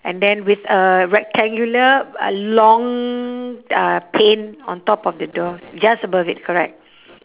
and then with a rectangular a long uh pane on top of the doors just above it correct